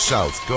South